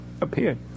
appeared